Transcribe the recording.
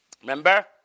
Remember